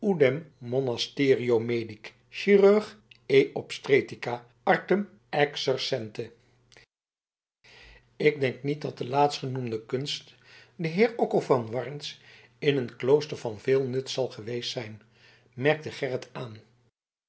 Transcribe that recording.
monasterio medic chir et obstetr artem excercente ik denk niet dat de laatstgenoemde kunst den heer occo van warns in een klooster van veel nut zal geweest zijn merkte gerrit aan